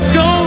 go